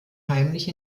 heimlich